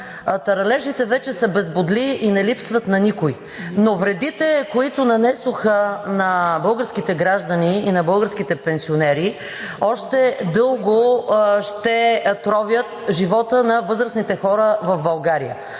таралежите вече са без бодли и не липсват на никой, но вредите, които нанесоха на българските граждани и на българските пенсионери, още дълго ще тровят живота на възрастните хора в България.